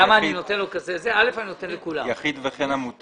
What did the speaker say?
82.עונשין אלה דינם מאסר 18 חודשים או קנס בשיעור